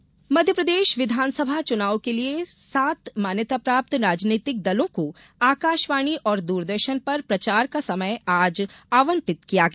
राजनीतिक दल समय मध्यप्रदेश विधानसभा चुनाव के लिए सात मान्यताप्राप्त राजनीतिक दलों को आकाशवाणी और दूरदर्शन पर प्रचार का समय आज आवंटित किया गया